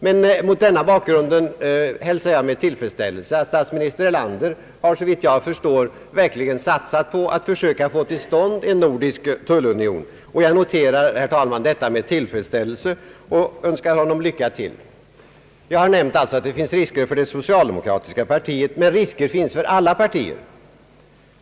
Jag hälsar emellertid med tillfredsställelse att statsminister Erlander, såvitt jag förstår, verkligen har satsat på att försöka få till stånd en nordisk tullunion, och jag önskar honom lycka till. Jag nämnde att det finns risker för det socialdemokratiska partiet. Men risker finns för alla partier.